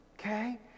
okay